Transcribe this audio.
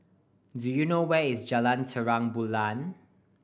do you know where is Jalan Terang Bulan